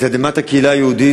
לתדהמת הקהילה היהודית,